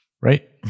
Right